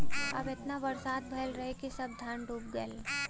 अब एतना बरसात भयल रहल कि सब धान डूब गयल